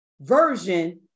Version